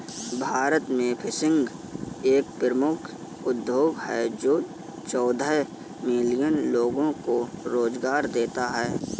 भारत में फिशिंग एक प्रमुख उद्योग है जो चौदह मिलियन लोगों को रोजगार देता है